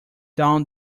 down